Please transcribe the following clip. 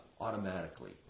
automatically